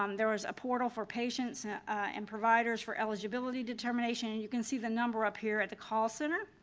um there was a portal for patients and providers for eligibility determination you can see the number up here at the call center.